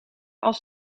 als